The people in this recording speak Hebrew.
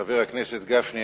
חבר הכנסת גפני,